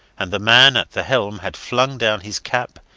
and the man at the helm had flung down his cap,